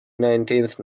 nineteenth